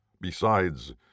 Besides